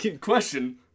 question